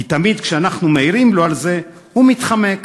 כי תמיד כשאנחנו מעירים לו על זה הוא מתחמק.